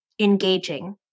engaging